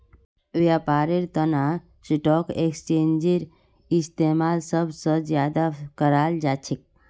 व्यापारेर तना स्टाक एक्स्चेंजेर इस्तेमाल सब स ज्यादा कराल जा छेक